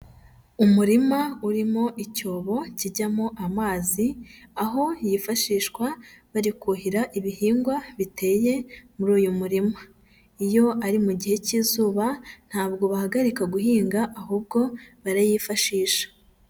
Umurima urimo icyobo kijyamo amazi, aho yifashishwa bari kuhira ibihingwa biteye muri uyu murima, iyo ari mu gihe cy'izuba ntabwo bahagarika guhinga ahubwo barayifashisha.